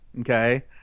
okay